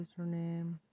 username